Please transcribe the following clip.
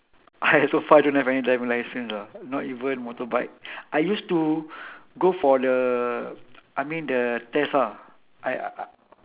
I so far don't have any driving license ah not even motorbike I used to go for the I mean the test ah I